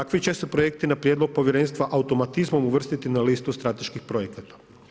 Takvi će se projekti na prijedlog povjerenstva automatizmom uvrstiti na listu strateških projekata.